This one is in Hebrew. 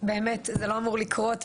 באמת זה לא אמור לקרות,